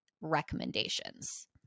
recommendations